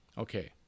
Okay